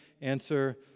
Answer